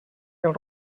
del